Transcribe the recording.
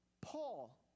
Paul